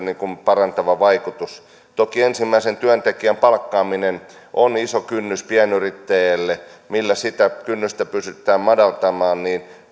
parantava vaikutus toki ensimmäisen työntekijän palkkaaminen on iso kynnys pienyrittäjälle siinä millä sitä kynnystä pystytään madaltamaan